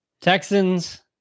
Texans